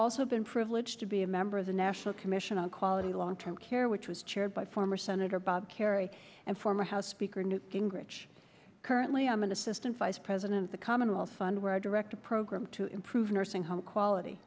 also been privileged to be a member of the national commission on quality long term care which was chaired by former senator bob kerrey and former house speaker newt gingrich currently i'm an assistant vice president the commonwealth fund where i direct a program to improve nursing home quality